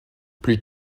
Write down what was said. plus